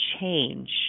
change